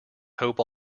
hope